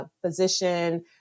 physician